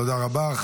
תודה רבה.